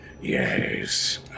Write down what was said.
Yes